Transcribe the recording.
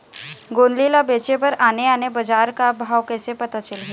गोंदली ला बेचे बर आने आने बजार का भाव कइसे पता चलही?